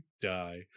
die